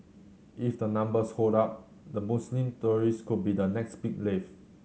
if the numbers hold up the Muslim tourist could be the next big wave